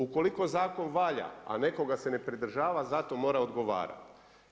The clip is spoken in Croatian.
Ukoliko zakon valja, a netko ga se ne pridržava, za to mora odgovarati.